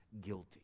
guilty